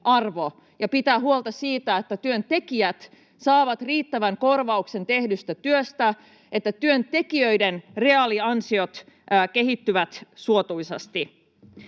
ja pitää huolta siitä, että työntekijät saavat riittävän korvauksen tehdystä työstä, että työntekijöiden reaaliansiot kehittyvät suotuisasti.